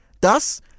Thus